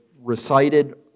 recited